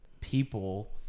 people